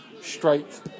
Straight